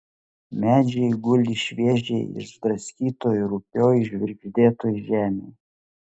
medžiai guli šviežiai išdraskytoj rupioj žvirgždėtoj žemėj